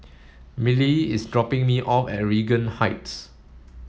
Millie is dropping me off at Regent Heights